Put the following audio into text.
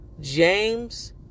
James